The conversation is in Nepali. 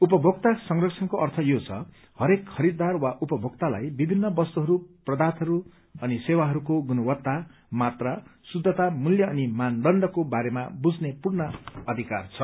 उपभोक्ता संरक्षणको अर्थ यो छ हरेक खरीददार वा उपभोक्तालाई विभित्र वस्तुहरू पदार्थहरू अनि सेवाहरूको गुणवत्ता मात्रा शुद्धता मूल्य अनि मानदण्डको बारेमा बुझ्ने पूर्ण अधिकार छ